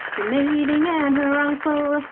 the maiding and her uncle,